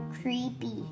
Creepy